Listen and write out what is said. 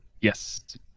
Yes